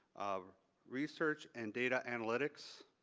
um research and data analytics,